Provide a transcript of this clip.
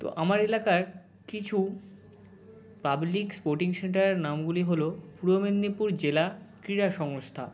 তো আমার এলাকার কিছু পাবলিক স্পোর্টিং সেন্টারের নামগুলির হলো পূর্ব মেদিনীপুর জেলা ক্রীড়া সংস্থা